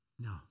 No